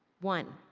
one,